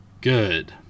good